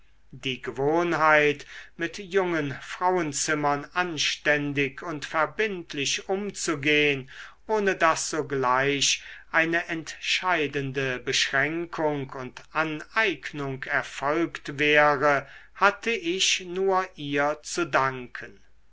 die gewohnheit mit jungen frauenzimmern anständig und verbindlich umzugehn ohne daß sogleich eine entscheidende beschränkung und aneignung erfolgt wäre hatte ich nur ihr zu danken